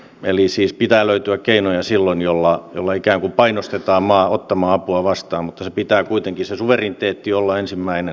eli silloin siis pitää löytyä keinoja joilla ikään kuin painostetaan maa ottamaan apua vastaan mutta sen suvereniteetin pitää kuitenkin olla se ensimmäinen